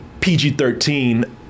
PG-13